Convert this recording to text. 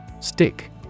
Stick